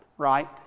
right